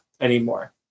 anymore